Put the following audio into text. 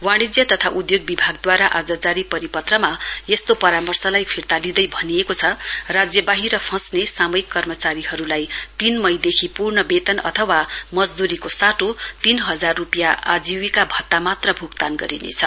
वाणिज्य तथा उद्योग विभागद्वारा आज जारी परिपत्रमा यस्तो परामर्शलाई फिर्ता लिँदै भनिएको छ राज्यबाहिर फँस्ने सामयिक कर्मचारीहरूलाई तीन मईदेखि पूर्ण वेतन अथवा मजदुरीको साटो तीन हजार रूपियाँ आजिविका भत्ता मात्र भुक्तान गरिनेछ